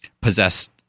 possessed